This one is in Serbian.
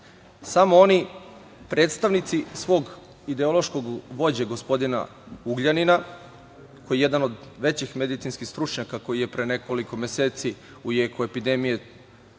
oni predstavnici svog ideološkog vođe gospodina Ugljanina, koji je jedan od većih medicinskih stručnjaka, koji je pre nekoliko meseci u jeku epidemije